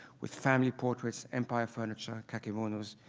with family portraits, empire furniture, kakemonos,